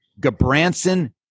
Gabranson